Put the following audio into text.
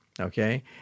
okay